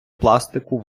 пластику